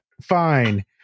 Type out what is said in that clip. Fine